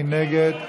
מי נגד?